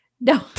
No